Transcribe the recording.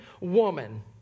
woman